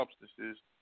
substances